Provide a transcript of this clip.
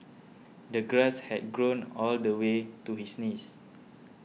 the grass had grown all the way to his knees